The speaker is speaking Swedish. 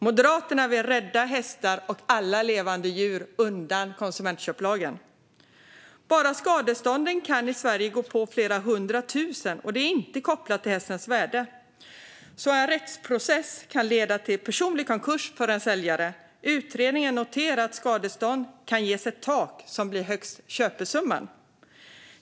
Moderaterna vill rädda hästar och alla andra levande djur undan konsumentköplagen. Bara skadestånden kan i Sverige gå på flera hundratusen, och det är inte kopplat till hästens värde. En rättsprocess kan alltså leda till personlig konkurs för en säljare. Utredningen noterar att skadestånd kan ges ett tak som blir högst köpesumman.